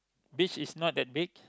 beach is not that big